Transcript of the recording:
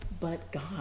but-God